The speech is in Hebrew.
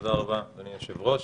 תודה רבה, אדוני היושב-ראש.